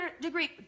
degree